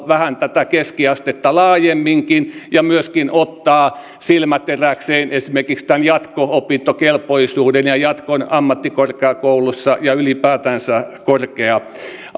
vähän tätä keskiastetta laajemminkin ja myöskin ottaa silmäteräkseen esimerkiksi tämän jatko opintokelpoisuuden ja jatkon ammattikorkeakoulussa ja ylipäätänsä korkea